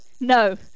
No